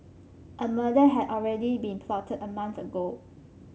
a murder had already been plotted a month ago